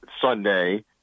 Sunday